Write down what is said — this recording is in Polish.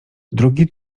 drugi